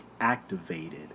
activated